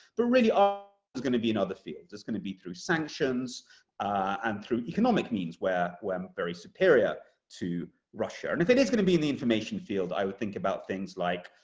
but really ah going to be another field. that's going to be through sanctions and through economic means, where we're very superior to russia. and if it is going to be in the information field i, would think about things like,